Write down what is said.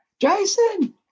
Jason